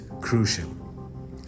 crucial